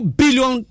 billion